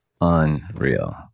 Unreal